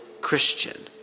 Christian